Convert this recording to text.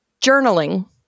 journaling